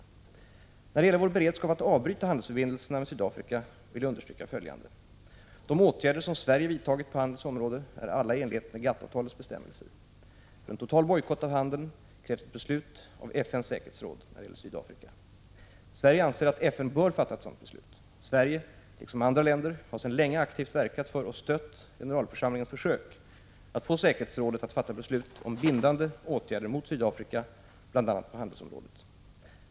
När det gäller vår beredskap att avbryta handelsförbindelserna med Sydafrika vill jag understryka följande. De åtgärder som Sverige vidtagit på handelns område är alla i enlighet med GATT-avtalets bestämmelser. För en total bojkott av handeln med Sydafrika krävs ett beslut av FN:s säkerhetsråd. Sverige anser att FN bör fatta ett sådant beslut. Sverige, liksom andra länder, har sedan länge aktivt verkat för och stött generalförsamlingens försök att få säkerhetsrådet att fatta beslut om bindande åtgärder mot Sydafrika, bl.a. på handelsområdet.